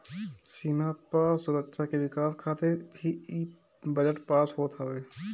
सीमा पअ सुरक्षा के विकास खातिर भी इ बजट पास होत हवे